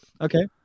Okay